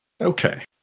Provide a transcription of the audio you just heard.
Okay